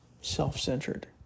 self-centered